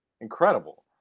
Incredible